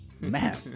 Man